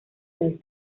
mes